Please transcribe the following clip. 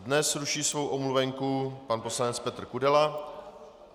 Dnes ruší svou omluvenku pan poslanec Petr Kudela.